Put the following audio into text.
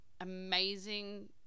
amazing